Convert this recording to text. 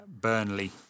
Burnley